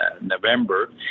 November